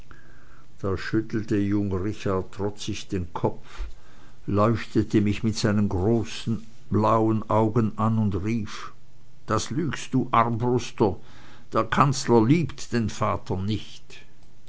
da schüttelte jung richard trotzig den kopf leuchtete mich mit seinen großen blauen augen an und rief das lügst du armbruster der kanzler liebt den vater nicht